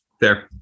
Fair